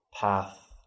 path